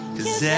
Cause